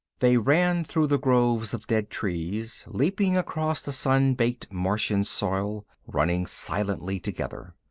they ran through the groves of dead trees, leaping across the sun-baked martian soil, running silently together.